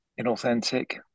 inauthentic